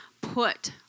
put